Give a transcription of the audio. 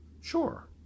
sure